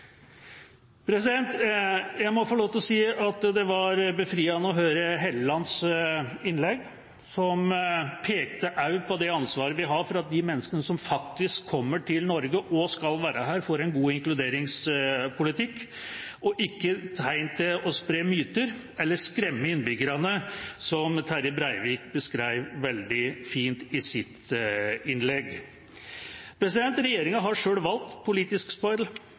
Jeg må få lov til å si at det var befriende å høre Hellelands innlegg, som også pekte på det ansvaret vi har for de menneskene som faktisk kommer til Norge og skal være her, at vi får en god inkluderingspolitikk – ikke tegn til å spre myter eller skremme innbyggerne, som Terje Breivik beskrev veldig fint i sitt innlegg. Regjeringa har sjøl valgt politisk